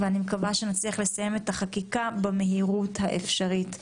ואני מקווה שנצליח לסיים את החקיקה במהירות האפשרית.